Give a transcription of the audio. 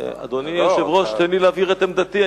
אדוני היושב-ראש, תן לי להבהיר את עמדתי.